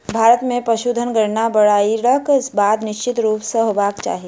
भारत मे पशुधन गणना बाइढ़क बाद निश्चित रूप सॅ होयबाक चाही